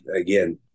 again